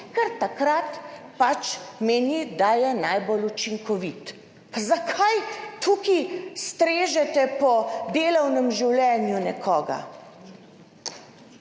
ker takrat pač meni, da je najbolj učinkovit. Pa zakaj tukaj strežete po delovnem življenju nekoga?